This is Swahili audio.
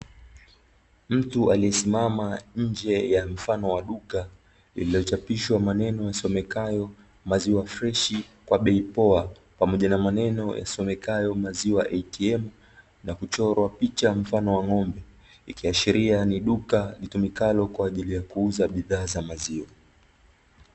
Mtu aliyesimama nje ya mfano wa duka, lililochapishwa maneno yasomekayo "maziwa freshi kwa bei poa", pamoja na maneno yasomekayo "maziwa atm", na kuchorwa picha mfano wa ng'ombe, ikiashiria ni duka litumikalo kwa ajili ya kuuza bidhaa za maziwa.